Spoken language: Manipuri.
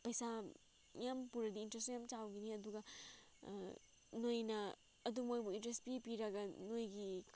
ꯄꯩꯁꯥ ꯌꯥꯝ ꯄꯨꯔꯗꯤ ꯏꯟꯇꯔꯦꯁꯁꯨ ꯌꯥꯝ ꯆꯥꯎꯒꯅꯤ ꯑꯗꯨꯒ ꯅꯣꯏꯅ ꯑꯗꯨ ꯃꯣꯏꯕꯨ ꯏꯟꯇꯔꯦꯁ ꯄꯤ ꯄꯤꯔꯒ ꯅꯣꯏꯒꯤ